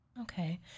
Okay